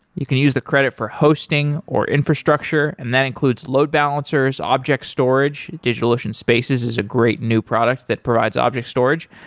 you can use the credit for hosting, or infrastructure, and that includes load balancers, object storage. digitalocean spaces is a great new product that provides object storage,